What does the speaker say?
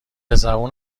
زبون